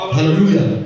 Hallelujah